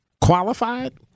qualified